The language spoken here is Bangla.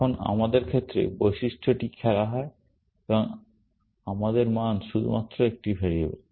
এখন আমাদের ক্ষেত্রে বৈশিষ্ট্যটি খেলা হয় এবং আমাদের মান শুধুমাত্র একটি ভ্যারিয়েবল